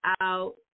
out